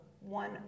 one